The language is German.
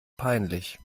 peinlich